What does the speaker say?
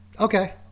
Okay